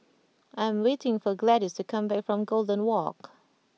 I am waiting for Gladyce to come back from Golden Walk